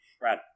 Brad